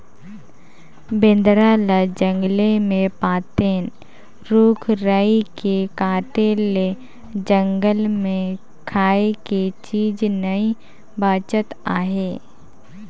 बेंदरा ल जंगले मे पातेन, रूख राई के काटे ले जंगल मे खाए के चीज नइ बाचत आहे